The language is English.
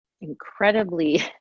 incredibly